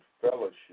fellowship